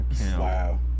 Wow